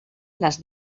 les